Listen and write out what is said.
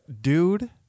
Dude